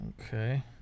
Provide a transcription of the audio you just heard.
Okay